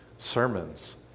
Sermons